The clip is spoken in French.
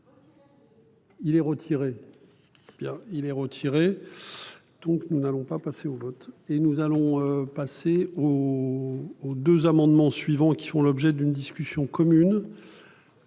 Il est retiré. Bien il est retiré. Donc nous n'allons pas passer au vote et nous allons passer. Aux deux amendements suivants qui font l'objet d'une discussion commune.